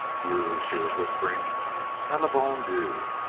dieu! she was whispering ah, le bon dieu!